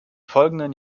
folgenden